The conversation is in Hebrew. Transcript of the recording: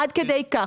עד כדי כך.